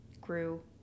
grew